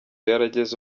yarageze